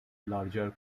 larger